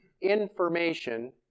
information